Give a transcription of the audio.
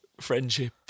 friendship